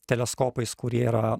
teleskopais kurie yra